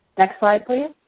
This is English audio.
next slide, please.